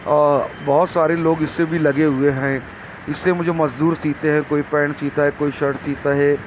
اور بہت سارے لوگ اس سے بھی لگے ہوئے ہیں اس سے مجھے مزدور سیتے ہیں کوئی پینٹ سیتا ہے کوئی شرٹ سیتا ہے